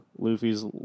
Luffy's